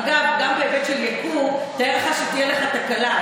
אגב, גם בהיבט של ייקור, תאר לך שתהיה לך תקלה.